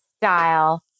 style